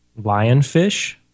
Lionfish